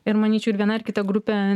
ir manyčiau viena ar kita grupė